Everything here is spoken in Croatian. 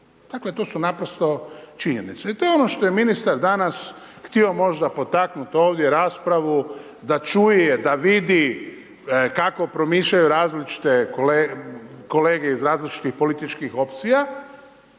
Dakle, to su naprosto činjenice. I to je ono što je ministar danas htio možda potaknut ovdje raspravu, da čuje, da vidi kako promišljaju različite kolege iz različitih političkih opcija,